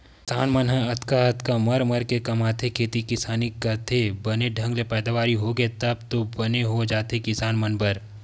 किसान मन ह अतका अतका मर मर के कमाथे खेती किसानी करथे बने ढंग ले पैदावारी होगे तब तो बने हो जाथे किसान मन बर